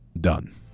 done